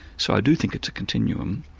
so i do think it's a continuum,